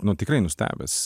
nu tikrai nustebęs